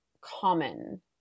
common